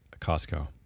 Costco